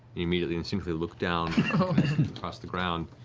immediately instinctively look down across the ground.